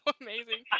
amazing